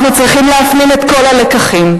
אנחנו צריכים להפנים את כל הלקחים.